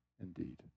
indeed